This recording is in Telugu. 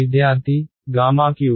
విద్యార్థి Γ3